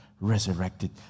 resurrected